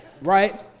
right